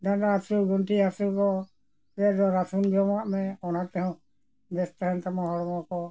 ᱰᱟᱸᱰᱟ ᱦᱟᱥᱩ ᱜᱚᱱᱴᱮ ᱦᱟᱥᱩ ᱠᱚ ᱨᱟᱥᱩᱱ ᱡᱚᱢᱟᱜ ᱢᱮ ᱚᱱᱟ ᱛᱮᱦᱚᱸ ᱵᱮᱥ ᱛᱟᱦᱮᱱ ᱛᱟᱢᱟ ᱦᱚᱲᱢᱚ ᱠᱚ